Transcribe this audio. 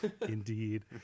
Indeed